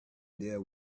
there